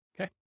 okay